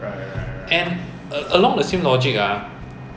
but if you pay extra money ah which is tough ah